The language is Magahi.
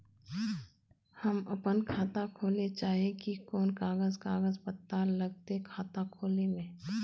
हम अपन खाता खोले चाहे ही कोन कागज कागज पत्तार लगते खाता खोले में?